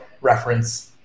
reference